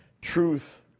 Truth